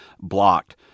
blocked